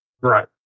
Right